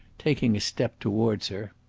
taking a step towards her.